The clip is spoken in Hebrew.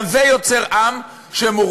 גם זה יוצר עם שמורחק.